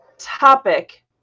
topic